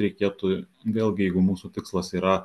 reikėtų vėlgi jeigu mūsų tikslas yra